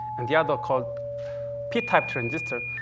and the other called p-type transistor.